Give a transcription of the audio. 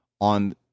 on